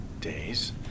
days